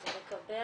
זה מקבע